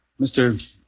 Mr